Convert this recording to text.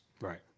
Right